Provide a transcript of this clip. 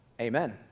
Amen